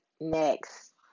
next